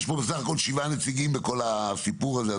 יש פה בסך הכול שבעה נציגים בכל הסיפור הזה,